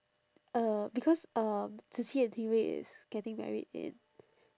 uh because um zi qi and ting wei is getting married in